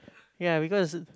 ya because